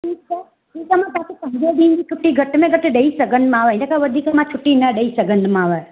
ठीकु आहे ठीकु आहे मां तव्हांखे पंज ॾीहंनि जी छुटी घटि में घटि ॾेई सघंदीमाव हिन खां वधीक मां छुटी ॾेई सघंदीमाव